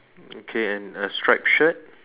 okay and a striped shirt